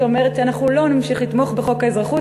שאומרת שאנחנו לא נמשיך לתמוך בחוק האזרחות